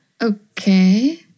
Okay